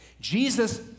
Jesus